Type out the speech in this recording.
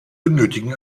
benötigen